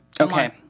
okay